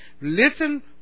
listen